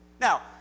Now